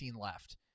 left